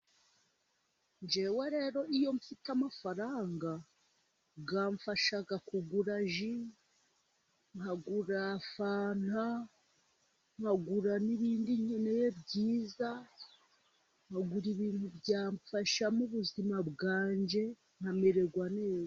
Njyewe rero iyo mfite amafaranga, amfasha kugura ji, nkagura fanta, nkagura n'ibindi nkeneye byiza, nkagura ibintu byamfasha mu buzima bwanjye nkamererwa neza.